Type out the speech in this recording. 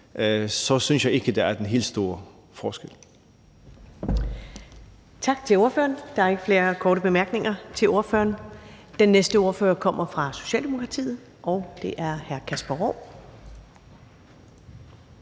synes jeg ikke, der er den helt store forskel.